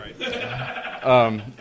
Right